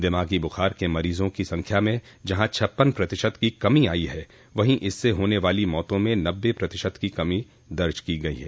दिमागी बुखार के मरीजों की संख्या में जहां छप्पन प्रतिशत की कमी आयी है वहीं इससे होने वाली मौतों में नब्बे प्रतिशत की कमी दर्ज की गयी है